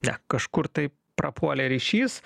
ne kažkur tai prapuolė ryšys